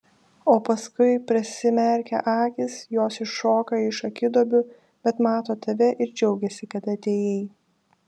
o paskui prasimerkia akys jos iššoka iš akiduobių bet mato tave ir džiaugiasi kad atėjai